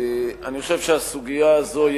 אני חושב שהסוגיה הזו,